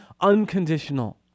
unconditional